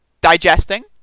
digesting